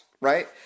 right